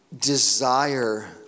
desire